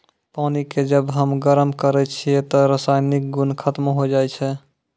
पानी क जब हम गरम करै छियै त रासायनिक गुन खत्म होय जाय छै